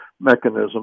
Mechanism